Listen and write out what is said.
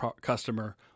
customer